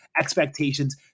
expectations